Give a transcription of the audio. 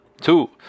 Two